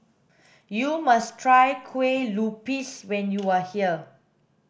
you must try kueh lupis when you are here